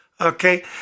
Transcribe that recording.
okay